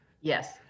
Yes